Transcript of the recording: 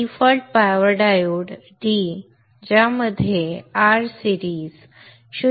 default power diode D ज्यामध्ये Rs series 0